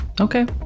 Okay